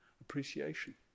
Appreciation